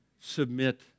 submit